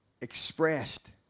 expressed